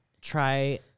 try